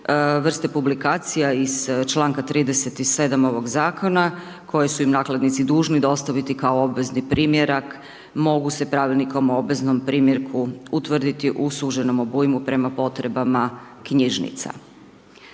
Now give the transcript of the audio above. vrste publikacija iz čl. 37. ovog Zakona koji su im nakladnici dužni dostaviti kao obvezni primjerak, mogu se Pravilnikom o obveznom primjerku utvrditi u suženom obujmu prema potrebama knjižnica.